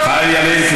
חיים ילין,